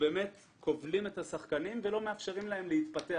שכובלים את השחקנים ולא מאפשרים להם להתפתח.